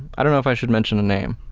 i don't know if i should mention a name.